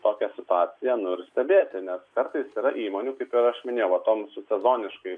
tokią situaciją nu ir stebėti nes kartais yra įmonių kaip ir aš minėjauva to mūsų sezoniškai